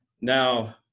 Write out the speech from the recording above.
Now